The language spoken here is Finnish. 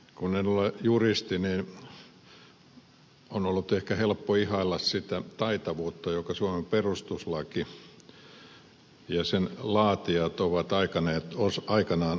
kun en ole juristi niin on ollut ehkä helppo ihailla sitä taitavuutta jota suomen perustuslain laatijat ovat aikanaan osoittaneet